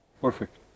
Perfect